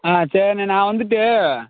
ஆ சரிண்ணே நான் வந்துட்டு